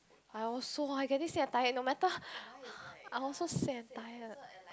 I also I getting sick and tired no matter I also sick and tired